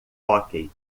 hóquei